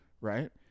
right